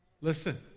Listen